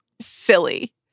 silly